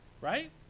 right